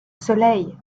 soleil